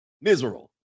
Miserable